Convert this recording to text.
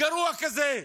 גרוע כזה.